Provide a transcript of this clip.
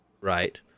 Right